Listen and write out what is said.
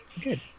Good